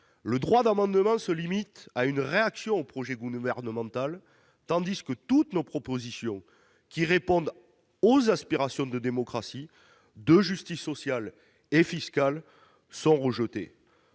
Le droit d'amendement se limite à une réaction au projet gouvernemental, tandis que toutes nos propositions qui répondent aux aspirations de démocratie et de justice sociale et fiscale sont rejetées.